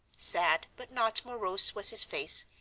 sad but not morose was his face,